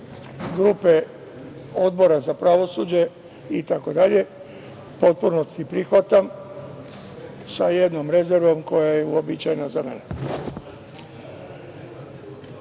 grupe Odbora za pravosuđe, u potpunosti prihvatam, sa jednom rezervom, koja je uobičajena za